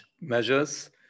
measures